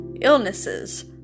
illnesses